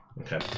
Okay